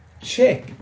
check